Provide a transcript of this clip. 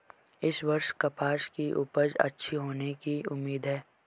इस वर्ष कपास की उपज अच्छी होने की उम्मीद है